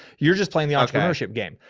you're just playing the entrepreneurship game.